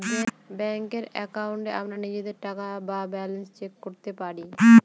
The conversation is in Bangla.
ব্যাঙ্কের একাউন্টে আমরা নিজের টাকা বা ব্যালান্স চেক করতে পারি